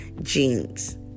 jeans